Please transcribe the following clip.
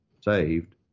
saved